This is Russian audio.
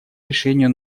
решению